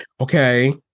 okay